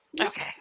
Okay